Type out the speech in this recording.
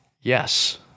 Yes